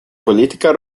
политика